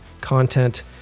content